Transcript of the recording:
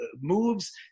moves